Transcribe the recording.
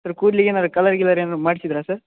sir ಕೂದ್ಲಿಗೆ ಏನಾರು colour ಗಿಲರ್ ಏನಾರು ಮಾಡಿಸಿದ್ರ ಸರ್